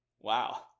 wow